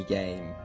game